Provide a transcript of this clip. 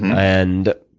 and